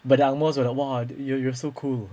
but the angmohs were like you're you're so cool